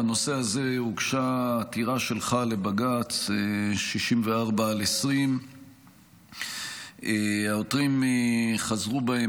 בנושא הזה הוגשה עתירה שלך לבג"ץ 64/20. העותרים חזרו בהם